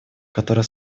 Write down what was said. которая